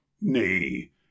nay